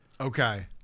Okay